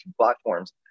platforms